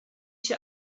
się